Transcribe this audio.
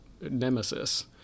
nemesis